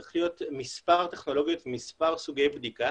צריך להיות מספר טכנולוגיות, מספר סוגי בדיקה